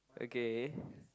okay